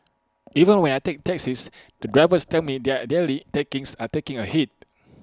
even when I take taxis the drivers tell me their daily takings are taking A hit